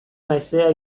haizea